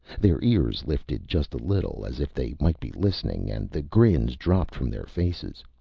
their ears lifted just a little, as if they might be listening, and the grins dropped from their faces.